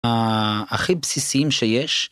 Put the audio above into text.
הכי בסיסיים שיש.